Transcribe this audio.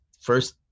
First